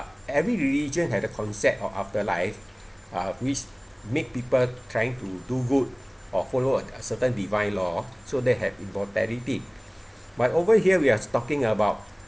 every religion had a concept of afterlife uh which make people trying to do good or follow a certain divine law so they have immortality but over here we are talking about